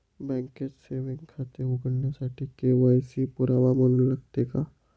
बँकेत सेविंग खाते उघडण्यासाठी के.वाय.सी पुरावा म्हणून लागते का?